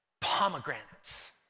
pomegranates